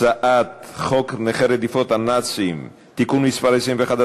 הצעת חוק נכי רדיפות הנאצים (תיקון מס' 21),